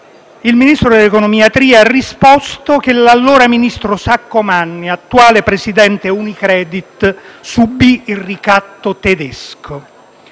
il ministro dell'economia Tria ha risposto che l'allora ministro Saccomanni, attuale Presidente Unicredit, subì il ricatto tedesco.